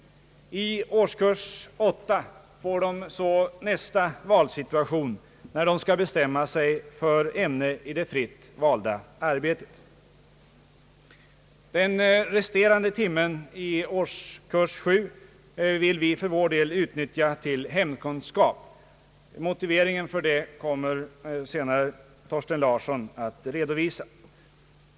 I årskurs 8 kommer så nästa valsituation, när de skall bestämma sig för ämne i det fritt valda arbetet. Den resterande timmen i årskurs 7 vill vi för vår del utnyttja till hemkunskap. Motiveringen för det kommer herr Thorsten Larsson senare att redovisa.